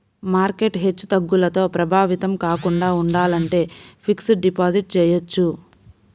market హెచ్చుతగ్గులతో ప్రభావితం కాకుండా ఉండాలంటే ఫిక్స్డ్ డిపాజిట్ చెయ్యొచ్చు